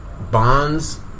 Bonds